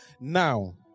Now